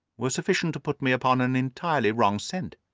were sufficient to put me upon an entirely wrong scent.